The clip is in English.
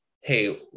hey